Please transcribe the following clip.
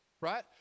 right